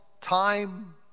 time